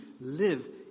live